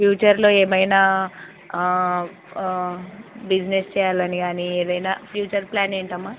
ఫ్యూచర్లో ఏమైనా బిజినెస్ చేయాలని కానీ ఏదైనా ఫ్యూచర్ ప్లాన్ ఏంటమ్మా